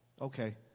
Okay